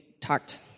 talked